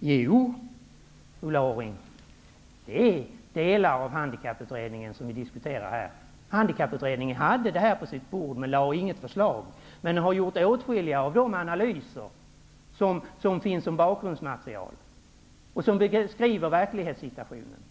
Jo, Ulla Orring, det är så att vi här diskuterar delar av Handikapputredningens resultat. Handikapputredningen hade denna fråga på sitt bord, men lade inte fram något förslag. Den har dock gjort åtskilliga av de bakgrundsanalyser som beskriver situationen i verkligheten.